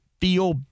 feel